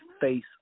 face